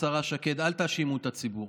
השרה שקד: אל תאשימו את הציבור,